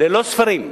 ללא ספרים.